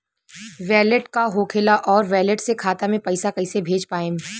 Wallet का होखेला और वैलेट से खाता मे पईसा कइसे भेज पाएम?